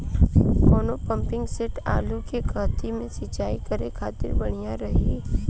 कौन pumping set आलू के कहती मे सिचाई करे खातिर बढ़िया रही?